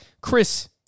Chris